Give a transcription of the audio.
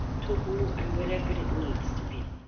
to who and wherever it needs to be.